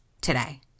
today